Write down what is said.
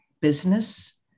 business